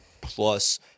plus